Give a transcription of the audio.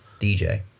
DJ